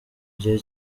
gihe